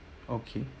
okay